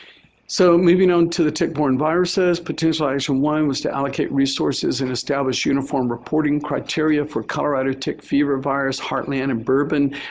so, moving on to the tick-borne viruses. potential action one was to allocate resources and establish uniform reporting criteria for colorado tick fever virus, heartland and bourbon.